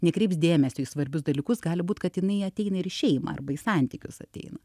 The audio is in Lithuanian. nekreips dėmesio į svarbius dalykus gali būt kad jinai ateina ir į šeimą arba į santykius ateina